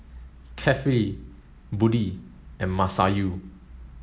Kefli Budi and Masayu